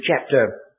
chapter